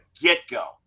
get-go